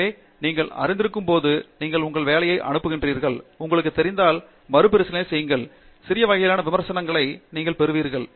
எனவே நீங்கள் அறிந்திருக்கும்போது நீங்கள் உங்கள் வேலையை அனுப்புகிறீர்கள் உங்களுக்குத் தெரிந்தால் மறுபரிசீலனை செய்யுங்கள் சில வகையான விமர்சன விமர்சனத்தை நீங்கள் பெறுவீர்கள்